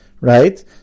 right